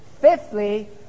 Fifthly